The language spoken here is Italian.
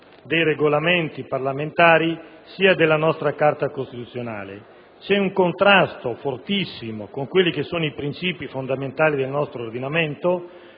dei Regolamenti parlamentari sia della nostra Carta costituzionale. Siamo in fortissimo contrasto con i princìpi fondamentali del nostro ordinamento,